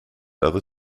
other